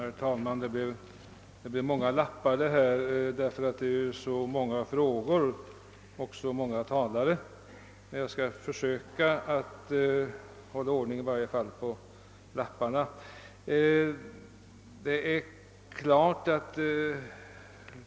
Herr talman! Jag har här många lappar med anteckningar att hålla reda på eftersom det gäller så många frågor och så många talare, men jag skall försöka att hålla ordning i varje fall på lapparna.